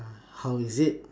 how is it